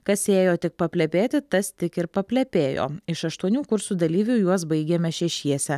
kas ėjo tik paplepėti tas tik ir paplepėjo iš aštuonių kursų dalyvių juos baigėme šešiese